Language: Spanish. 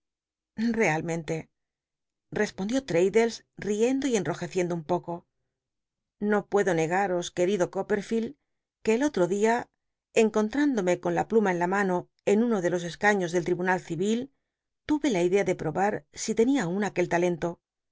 realmente respondió traddles l'iendo y entojeciendo un poco no puedo negaros querido oopperfield que el otro dia encontrándome con la pluma en la mano en uno de los cscaííos del tribunal ci'il tu e la idea de probar si tenia aun nc ucl talento